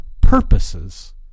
purposes